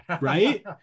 right